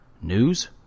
News